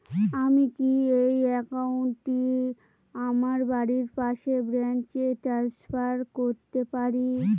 আমি কি এই একাউন্ট টি আমার বাড়ির পাশের ব্রাঞ্চে ট্রান্সফার করতে পারি?